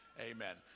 Amen